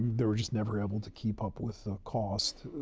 they were just never able to keep up with the cost.